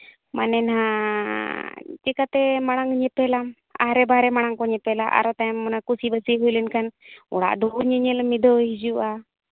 ᱢᱟᱱᱮ ᱱᱟᱦᱟᱸᱜ ᱪᱤᱠᱟᱛᱮ ᱢᱟᱲᱟᱝ ᱧᱮᱯᱮᱞᱟᱢ ᱟᱦᱨᱮ ᱵᱟᱦᱨᱮ ᱢᱟᱲᱟᱝ ᱠᱚ ᱧᱮᱯᱮᱞᱟ ᱟᱨᱚ ᱛᱟᱭᱚᱢ ᱠᱩᱥᱤ ᱵᱟᱹᱥᱤ ᱦᱩᱭ ᱞᱮᱱᱠᱷᱟᱱ ᱚᱲᱟᱜ ᱫᱩᱣᱟᱹᱨ ᱧᱮᱧᱮᱞ ᱩᱱᱤ ᱫᱚᱭ ᱦᱤᱡᱩᱜᱼᱟ